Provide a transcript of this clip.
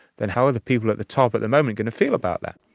then how are the people at the top at the moment going to feel about that?